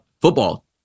football